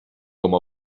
com